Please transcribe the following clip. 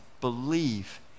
believe